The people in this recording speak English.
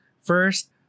First